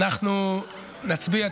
אגב, אדוני השר, סליחה